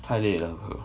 太累了 bro